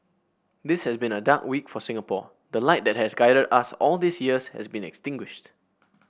this has been a dark week for Singapore the light that has guided us all these years has been extinguished